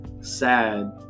sad